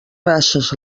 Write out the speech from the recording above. races